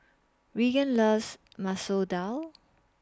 Reagan loves Masoor Dal